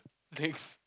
clicks